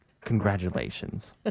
congratulations